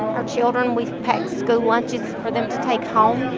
our children we pack school lunches for them to take home,